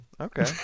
Okay